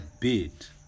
beat